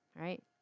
right